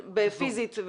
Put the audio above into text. פיזית,